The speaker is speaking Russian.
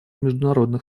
международных